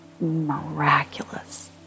miraculous